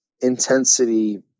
intensity